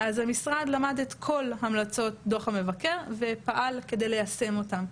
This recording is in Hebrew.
לאור זאת המשרד למד את כל המלצות דוח המבקר ופעל כדי ליישם אותן.